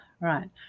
right